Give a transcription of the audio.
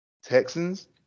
Texans